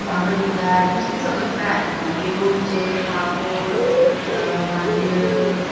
बांगडी fry नुस्तें सगळें fry मागीर लोणचें पापड मागीर